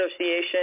Association